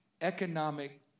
economic